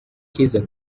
cyiza